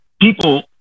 people